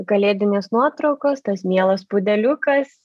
kalėdinės nuotraukos tas mielas pudeliukas